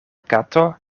kato